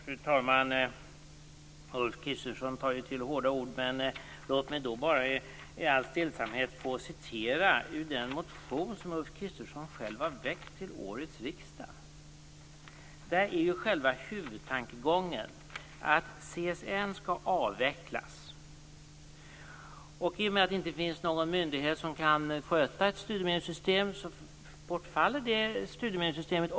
Fru talman! Ulf Kristersson tar till hårda ord. Låt mig bara i all stillsamhet återge vad som sägs i den motion som Ulf Kristersson själv har väckt till denna riksdag. Där är själva huvudtankegången att CSN skall avvecklas. I och med att det inte finns någon myndighet som kan sköta ett studiemedelssystem bortfaller det studiemedelssystemet.